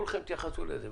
לא,